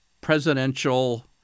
presidential